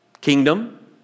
kingdom